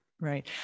Right